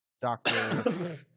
Doctor